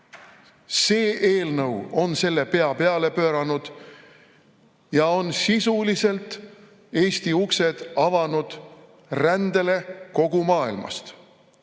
See eelnõu on selle pea peale pööranud ja on sisuliselt Eesti uksed avanud rändele kogu maailmast